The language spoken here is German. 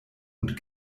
und